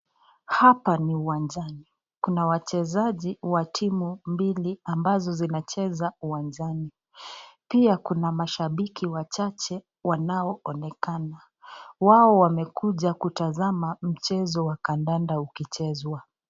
Hapa ni uwanjani, kuna wachezaji wa timu mbili ambazo zinacheza uwanjani. Pia kuna mashabiki wachache wanaonekana. Wao wamekuja kutazama mchezo wa kandanda ukichezwa.